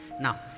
now